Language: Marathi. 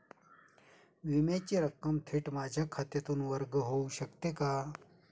विम्याची रक्कम थेट माझ्या खात्यातून वर्ग होऊ शकते का?